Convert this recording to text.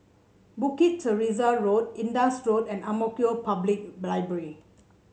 Bukit Teresa Road Indus Road and Ang Mo Kio Public Library